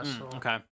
Okay